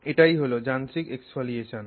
এটাই হল যান্ত্রিক এক্সফোলিয়েশন